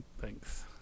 Thanks